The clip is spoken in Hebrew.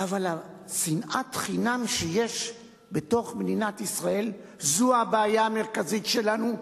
אבל שנאת החינם שיש בתוך מדינת ישראל זו הבעיה המרכזית שלנו,